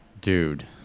dude